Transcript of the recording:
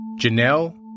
Janelle